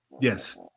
Yes